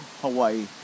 Hawaii